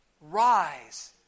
Rise